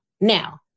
Now